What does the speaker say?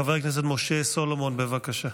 חבר הכנסת משה סולומון, בבקשה.